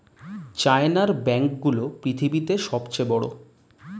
চায়নার ব্যাঙ্ক গুলো পৃথিবীতে সব চেয়ে বড়